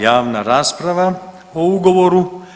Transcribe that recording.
javna rasprava o ugovoru.